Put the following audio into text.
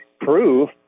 prove